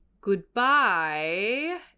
Goodbye